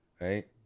right